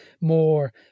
more